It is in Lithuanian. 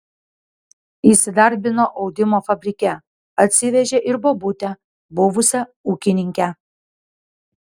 įsidarbino audimo fabrike atsivežė ir bobutę buvusią ūkininkę